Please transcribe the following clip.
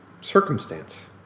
circumstance